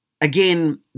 Again